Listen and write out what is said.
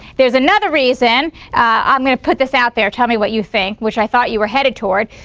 there's another reason i'm going to put this out there tell me what you think which i thought you were headed toward